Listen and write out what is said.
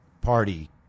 Party